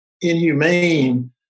inhumane